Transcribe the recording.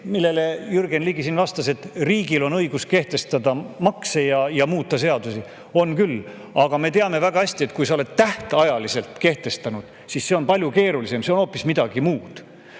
millele Jürgen Ligi siin vastates viitas, et riigil on õigus kehtestada makse ja muuta seadusi. On küll, aga me teame väga hästi, et kui sa oled tähtajaliselt midagi kehtestanud, siis see on palju keerulisem, see on hoopis midagi muud.